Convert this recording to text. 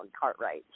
Cartwright